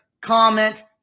comment